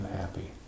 happy